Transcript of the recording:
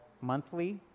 monthly